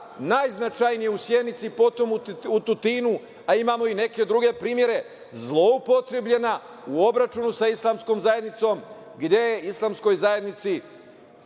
najznačajnije, u Sjenici, potom u Tutinu, a imamo i neke druge primere, zloupotrebljena u obračunu sa Islamskom zajednicom, gde je Islamskoj zajednici